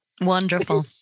Wonderful